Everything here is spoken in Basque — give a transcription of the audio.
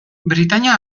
britainia